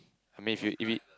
I mean if you if it